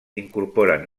incorporen